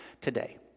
today